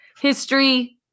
History